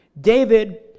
David